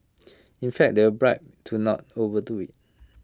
in fact they were bribe to not overdo IT